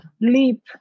leap